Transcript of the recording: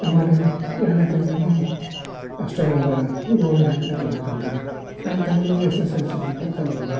ಆಮೇಲೆ ಎರಡನೇ ತಂಗಿಯೂ ಅಷ್ಟೇ ಒಂದು ಏಳು ಎಂಟನೇ ತನಕ ಕಲ್ತ್ಳು ಸಣ್ಣ ತಂಗಿ ಎಸ್ ಎಸ್ ಎಲ್ ಸಿ ತನಕ ಕಲ್ತ್ಳು